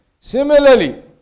Similarly